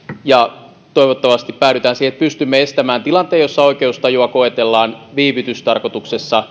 ja toivottavasti päädytään siihen että pystymme estämään tilanteen jossa oikeustajua koetellaan viivytystarkoituksessa